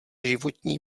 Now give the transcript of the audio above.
životní